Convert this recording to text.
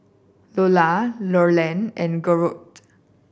Lular Leland and Gertrude